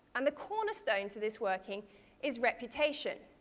and the cornerstone to this working is reputation.